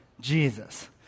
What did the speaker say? jesus